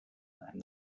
and